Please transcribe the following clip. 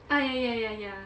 ah ya ya ya ya